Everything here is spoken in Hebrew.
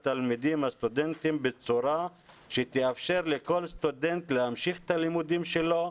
הסטודנטים בצורה שתאפשר לכל סטודנט להמשיך את הלימודים שלו,